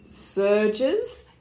surges